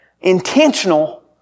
intentional